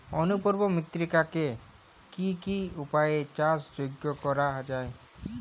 অনুর্বর মৃত্তিকাকে কি কি উপায়ে চাষযোগ্য করা যায়?